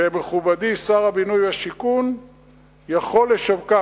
ומכובדי שר הבינוי והשיכון יכול לשווקן